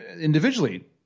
individually